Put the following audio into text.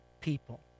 people